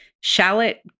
shallot